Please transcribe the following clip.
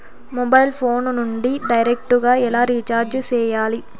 mobile phone నుండి direct గా ఎలా రీచార్జి సేయాలి